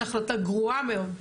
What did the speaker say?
זאת החלטה גרועה מאוד,